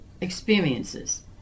experiences